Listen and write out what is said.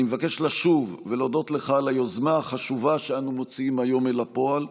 אני מבקש לשוב ולהודות לך על היוזמה החשובה שאנו מוציאים היום אל הפועל,